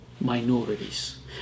minorities